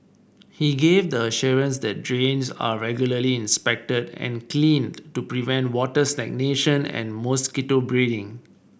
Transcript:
he gave the assurance that drains are regularly inspected and cleaned to prevent water stagnation and mosquito breeding